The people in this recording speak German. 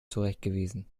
zurechtgewiesen